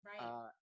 Right